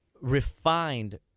refined